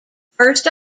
first